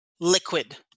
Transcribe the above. liquid